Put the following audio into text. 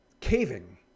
caving